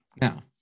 Now